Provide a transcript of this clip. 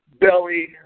belly